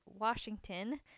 Washington